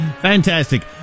Fantastic